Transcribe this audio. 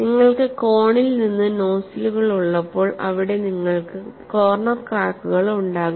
നിങ്ങൾക്ക് കോണിൽ നിന്ന് നോസിലുകൾ ഉള്ളപ്പോൾഅവിടെ നിങ്ങൾക്ക് കോർണർ ക്രാക്കുകൾ ഉണ്ടാകാം